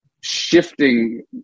shifting